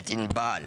את ענבל,